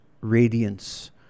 radiance